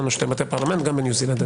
גם בניו זילנד.